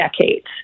decades